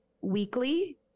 weekly